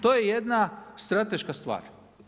To je jedna strateška stvar.